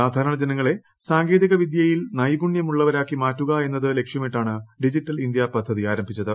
സാധാരണപ്പൂജനങ്ങളെ സാങ്കേതിക വിദ്യയിൽ നൈപുണ്യമുള്ളവരാക്കി ് മാറ്റുക എന്നത് ലക്ഷ്യമിട്ടാണ് ഡിജിറ്റൽ ഇന്ത്യ പദ്ധതി ആരംഭിച്ചത്